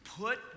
put